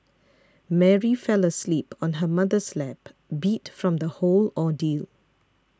Mary fell asleep on her mother's lap beat from the whole ordeal